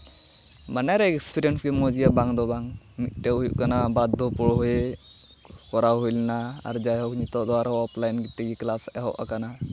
ᱵᱟᱱᱟᱨ ᱮᱠᱥᱯᱨᱤᱭᱮᱥ ᱜᱮ ᱢᱚᱡᱽ ᱜᱮᱭᱟ ᱵᱟᱝ ᱫᱚ ᱵᱟᱝ ᱢᱤᱫᱴᱮᱡ ᱦᱩᱭᱩᱜ ᱠᱟᱱᱟ ᱵᱟᱫᱽᱫᱷᱚ ᱠᱚᱨᱟᱣ ᱦᱩᱭ ᱞᱮᱱᱟ ᱟᱨ ᱡᱟᱭᱦᱳᱠ ᱱᱤᱛᱚᱜ ᱫᱚ ᱟᱨᱦᱚᱸ ᱚᱯᱷᱞᱟᱭᱤᱱ ᱛᱮᱜᱮ ᱠᱞᱟᱥ ᱮᱦᱚᱵ ᱟᱠᱟᱱᱟ